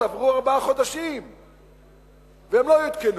ועברו ארבעה חודשים והן לא הותקנו.